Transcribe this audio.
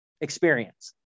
experience